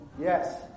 Yes